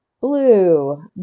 Blue